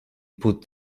put